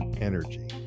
energy